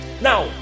now